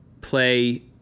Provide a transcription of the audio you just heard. play